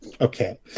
Okay